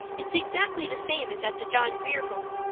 it's exactly the same as at the john grier home.